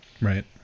Right